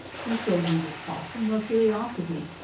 he showed neither caution nor curiosity,